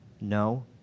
No